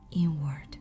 inward